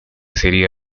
sería